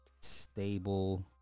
stable